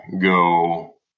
go